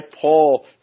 Paul